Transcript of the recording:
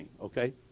okay